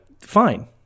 Fine